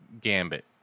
Gambit